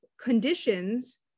conditions